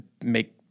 make